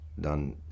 done